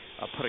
put